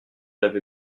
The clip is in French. l’avez